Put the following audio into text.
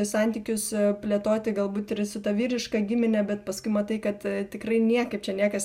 santykius plėtoti galbūt ir su ta vyriška gimine bet paskui matai tikrai niekaip čia niekas